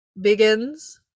begins